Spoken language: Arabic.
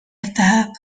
الذهاب